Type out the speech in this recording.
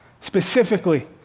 specifically